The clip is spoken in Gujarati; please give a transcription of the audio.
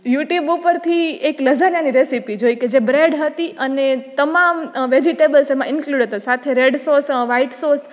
યુટ્યુબ ઉપરથી એક લઝાનિયાની રેસીપી જોઈ કે જે બ્રેડ હતી અને તમામ વેજિટેબલ્સ એમાં ઈન્ક્લુડ હતા સાથે રેડ સોસ વાઈટ સોસ